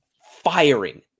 firing